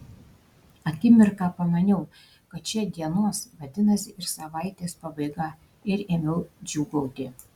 akimirką pamaniau kad čia dienos vadinasi ir savaitės pabaiga ir ėmiau džiūgauti